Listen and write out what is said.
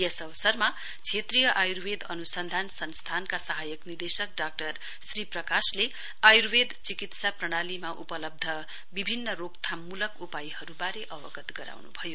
यस अवसरमा क्षेत्रीय आयुर्वेद अनुसन्धान संस्थानका सहायक निदेशक डाक्टर श्री प्रकाशले आयुर्वेद चिकित्सा प्रणालीमा उपलब्ध विभिन्न रोकथाममूल्क उपायहरुवारे अवगत गराउनुभयो